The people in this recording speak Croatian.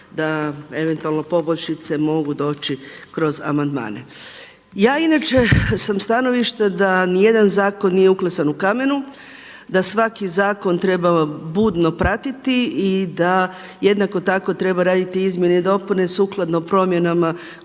da eventualno poboljšice mogu doći kroz amandmane. Ja inače sam stanovišta da ni jedan zakon nije uklesan u kamenu, da svaki zakon treba budno pratiti i da jednako tako treba raditi izmjene i dopune sukladno promjenama